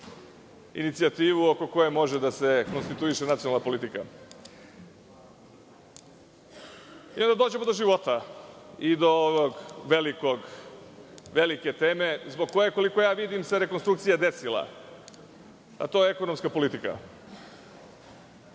inicijativu oko koje može da se konstituiše nacionalna politika. Onda dolazimo do života i do one velike teme zbog koje, koliko vidim, se rekonstrukcija desila, a to je ekonomska politika. Iskren